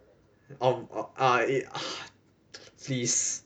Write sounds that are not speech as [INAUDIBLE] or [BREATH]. um err ah !ee! [BREATH] please